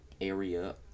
area